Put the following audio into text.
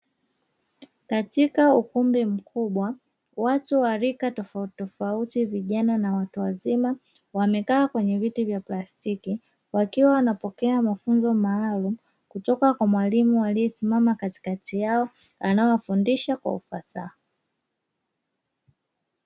Katika ukumbi mkubwa watu wa rika tofauti tofauti, vijana na watu wazima wamekaa kwenye viti vya plastiki, wakiwa wanapokea mafunzo maalumu, kutoka kwa mwalimu aliyesimama katikati yao. Anawafundisha kwa ufasaha.